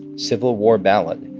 civil war ballad.